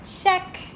check